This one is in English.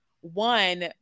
one